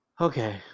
okay